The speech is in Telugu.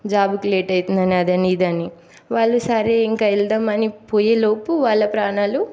జాబుకి లేట్ అవుతుంది అదని ఇదని వాళ్ళు సరే ఇంకా వెళ్దామని పోయేలోపు వాళ్ళ ప్రాణాలు